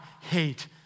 hate